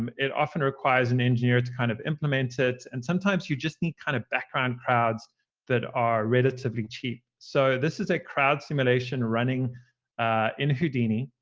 um it often requires an engineer to kind of implement it. and sometimes you just need kind of background crowds that are relatively cheap. so this is a crowd simulation running in houdini.